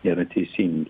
nėra teisingi